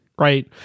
right